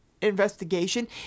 investigation